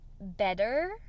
better